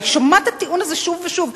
אני שומעת את הטיעון הזה שוב ושוב,